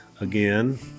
again